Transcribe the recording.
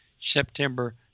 September